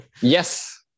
Yes